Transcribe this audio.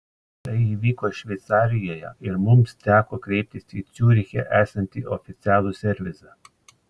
tai įvyko šveicarijoje ir mums teko kreiptis į ciuriche esantį oficialų servisą